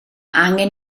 angen